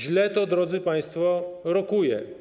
Źle to, drodzy państwo, rokuje.